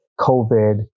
COVID